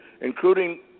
including